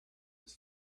his